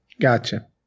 Gotcha